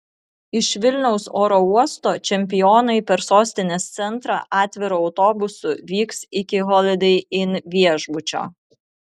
iš vilniaus oro uosto čempionai per sostinės centrą atviru autobusu vyks iki holidei inn viešbučio